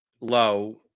low